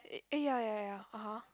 eh eh ya ya ya ya (aha)